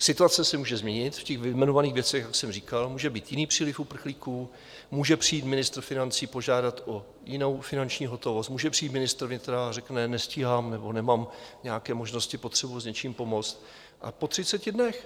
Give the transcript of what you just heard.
Situace se může změnit v těch vyjmenovaných věcech, jak jsem říkal, může být jiný příliv uprchlíků, může přijít ministr financí požádat o jinou finanční hotovost, může přijít ministr vnitra a řekne: nestíhám, nebo nemám nějaké možnosti, potřebuji s něčím pomoct a po 30 dnech.